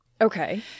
Okay